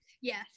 Yes